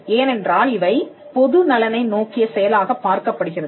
ஏனென்றால் இவை பொது நலனை நோக்கிய செயலாகப் பார்க்கப்படுகிறது